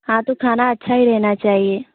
हाँ तो खाना अच्छा ही रहना चाहिए